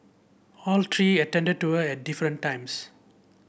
all three attended to her at different times